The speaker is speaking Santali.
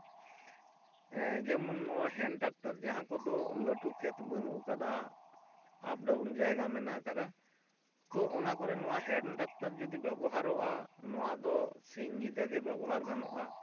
ᱡᱮᱢᱚᱱ ᱱᱚᱜᱼᱚᱭ ᱦᱮᱱ ᱴᱮᱠᱴᱟᱨ ᱡᱟᱦᱟᱸ ᱠᱚᱫᱚ ᱞᱟᱹᱴᱩ ᱠᱷᱮᱛ ᱵᱟᱹᱱᱩᱜ ᱠᱟᱫᱼᱟ ᱟᱯᱼᱰᱟᱣᱩᱱ ᱡᱟᱭᱜᱟ ᱢᱮᱱᱟᱜ ᱠᱟᱫᱼᱟ ᱛᱚ ᱚᱱᱟ ᱠᱚᱨᱮ ᱱᱚᱣᱟ ᱦᱮᱱ ᱴᱮᱠᱴᱟᱨ ᱡᱩᱫᱤ ᱵᱮᱵᱚᱦᱟᱨᱚᱜᱼᱟ ᱱᱚᱣᱟ ᱫᱚ ᱥᱤᱧ ᱧᱤᱫᱟᱹ ᱜᱮ ᱵᱮᱵᱚᱦᱟᱨ ᱜᱟᱱᱚᱜᱼᱟ